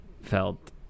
felt